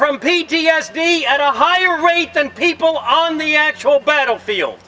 from p t s d at a higher rate than people on the actual battlefield